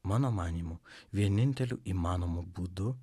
mano manymu vieninteliu įmanomu būdu